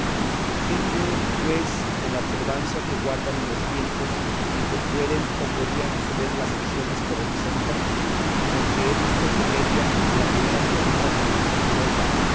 qué diré pues de la observancia que guardan en los tiempos en que pueden o podían suceder las acciones que representan sino que he visto comedia que la primera jornada comenzó en europa